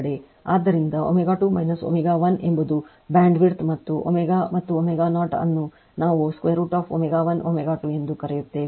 ಆದ್ದರಿಂದ ω2 ω 1 ಎಂಬುದು ಬ್ಯಾಂಡ್ವಿಡ್ತ್ ಮತ್ತು ω ಮತ್ತು ω0 ಅನ್ನು ನಾವು √ ω 1 ω2 ಎಂದು ಕರೆಯುತ್ತೇವೆ